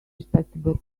respectable